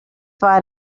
far